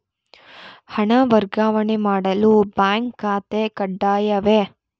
ಹಣ ವರ್ಗಾವಣೆ ಮಾಡಲು ಬ್ಯಾಂಕ್ ಖಾತೆ ಕಡ್ಡಾಯವೇ?